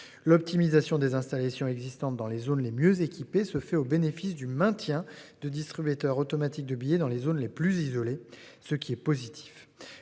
l'optimisation des installations existantes dans les zones les mieux équipées, se fait au bénéfice du maintien de distributeurs automatiques de billets dans les zones les plus isolées. Ce qui est positif,